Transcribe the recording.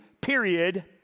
period